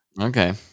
Okay